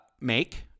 make